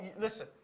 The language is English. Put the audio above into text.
listen